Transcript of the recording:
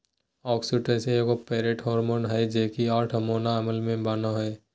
oxytocin एगो peptide hormone हइ जे कि आठ अमोनो अम्ल से बनो हइ